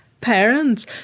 parents